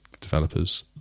developers